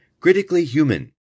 criticallyhuman